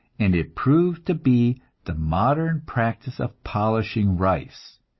and it proved to be the modern practice of polishing rice,